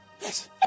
Yes